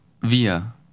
wir